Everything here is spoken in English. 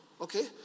okay